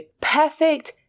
perfect